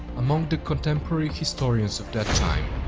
among the contemporary historians of that time,